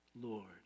Lord